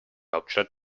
hauptstadt